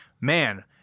man